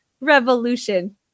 revolution